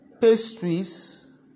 pastries